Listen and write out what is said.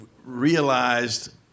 realized